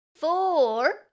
four